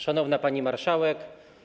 Szanowna Pani Marszałek!